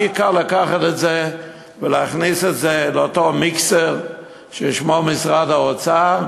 הכי קל לקחת את זה ולהכניס את זה לאותו מיקסר ששמו משרד האוצר,